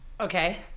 Okay